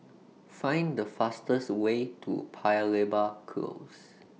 Find The fastest Way to Paya Lebar Close